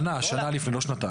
שנה, שנה לפני, לא שנתיים.